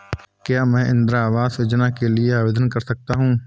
क्या मैं इंदिरा आवास योजना के लिए आवेदन कर सकता हूँ?